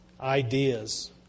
ideas